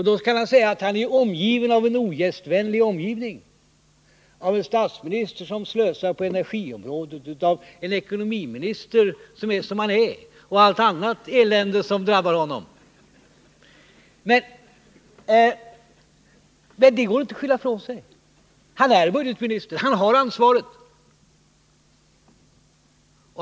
Då kan han säga att han befinner sig i en ogästvänlig omgivning, bestående av en statsminister som slösar på energiområdet, av en ekonomiminister som är som han är och av allt möjligt annat elände. Men det går inte att skylla ifrån sig. Ingemar Mundebo är budgetminister. Han har ansvaret.